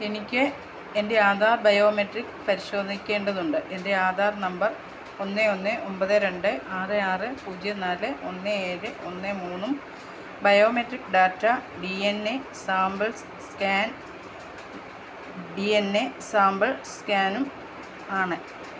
എനിക്ക് എൻ്റെ ആധാർ ബയോമെട്രിക്സ് പരിശോധിക്കേണ്ടതുണ്ട് എൻ്റെ ആധാർ നമ്പർ ഒന്ന് ഒന്ന് ഒൻപത് രണ്ട് ആറ് ആറ് പൂജ്യം നാല് ഒന്ന് ഏഴ് ഒന്ന് മൂന്നും biometric data D N A sample scan D N A sample സ്കാനും ആണ്